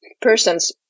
person's